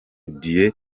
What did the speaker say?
dieu